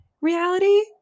reality